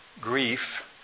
grief